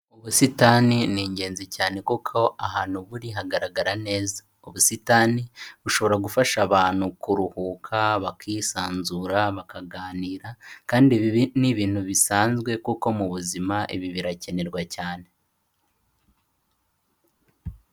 Ubusitani ni ingenzi cyane kuko ahantu buri hagaragara neza, ubusitani bushobora gufasha abantu kuruhuka, bakisanzura, bakaganira kandi ni ibintu bisanzwe kuko mu buzima ibi birakenerwa cyane.